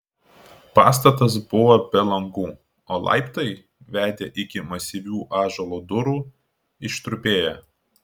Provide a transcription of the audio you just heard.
pastatas buvo be langų o laiptai vedę iki masyvių ąžuolo durų ištrupėję